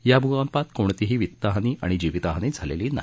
या भूकंपात कोणतीही वित्तहानी आणि जीवितहानी झालेली नाही